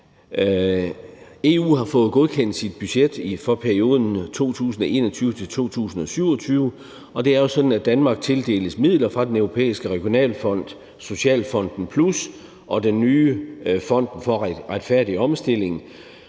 EU har fået godkendt sit budget for perioden 2021-2027, og det er jo sådan, at Danmark tildeles midler fra Den Europæiske Regionalfond, Socialfonden Plus og den nye fond, Fonden for Retfærdig Omstilling.